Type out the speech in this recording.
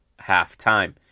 halftime